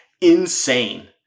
insane